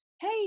Hey